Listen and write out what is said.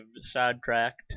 sidetracked